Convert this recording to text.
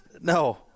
No